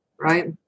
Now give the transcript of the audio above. right